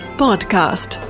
podcast